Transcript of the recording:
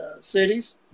cities